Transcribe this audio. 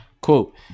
Quote